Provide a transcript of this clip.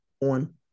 on